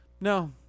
no